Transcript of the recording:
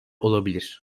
olabilir